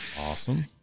awesome